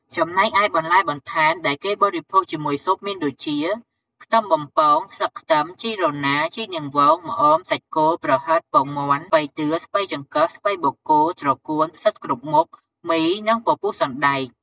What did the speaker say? ចំណែកឯបន្លែបន្ថែមដែលគេបរិភោគជាមួយស៊ុបមានដូចជា ខ្ទឹមបំពង ស្លឹកខ្ទឹម ជីរណា ជីនាងវង ម្អម សាច់គោ ប្រហិត ពងមាន់ ស្ពៃតឿ ស្ពៃចង្កឹះ ស្ពៃបូកគោ ត្រកួន ផ្សិតគ្រប់មុខ មី និងពពុះសណ្ដែក។